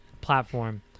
Platform